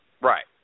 Right